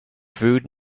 brewed